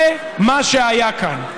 זה מה שהיה כאן.